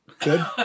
good